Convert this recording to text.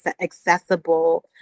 accessible